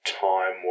time